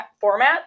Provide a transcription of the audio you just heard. format